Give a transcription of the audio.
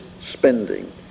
spending